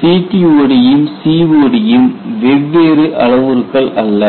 CTOD ம் COD ம் வெவ்வேறு அளவுருக்கள் அல்ல